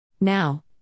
Now